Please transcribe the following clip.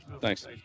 thanks